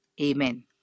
Amen